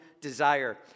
desire